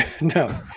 No